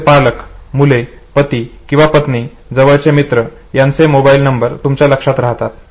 तुमचे पालक मुले पती किंवा पत्नी जवळचे मित्र यांचे मोबाईल नंबर तुमच्या लक्षात राहतात